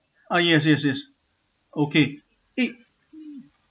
ah yes yes yes okay eh